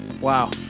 Wow